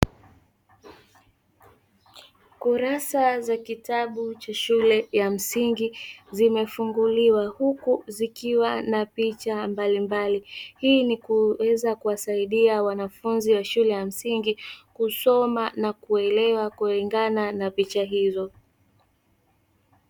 Kurasa za kitabu cha shule ya msingi zimefunguliwa huku zikiwa na picha mbalimbali; hii ni kuweza kuwasaidia wanafunzi wa shule ya msingi kusoma na kuelewa kulingana na picha hizo.